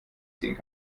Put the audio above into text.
ziehen